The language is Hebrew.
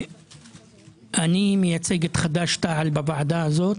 אני מייצג את חד"ש-תע"ל בוועדה הזאת